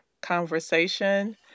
conversation